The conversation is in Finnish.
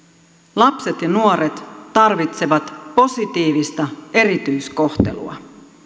lapset ja nuoret tarvitsevat positiivista erityiskohtelua